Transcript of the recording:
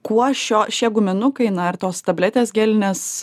kuo šio šie guminukai na ir tos tabletės gelinės